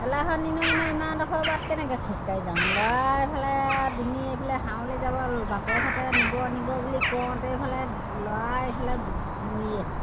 এলাহত নিনিও মানে ইমান ডোখৰ বাট কেনেকে খোজকাঢ়ি যাওঁ ল'ৰাই এফালে ডিঙি এইফালে হাউলি যাব বাপেকহঁতে নিব নিব বুলি কওঁতে ইফালে ল'ৰাই এইফালে মৰিয়েই থাকে